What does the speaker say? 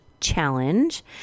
challenge